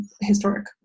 historic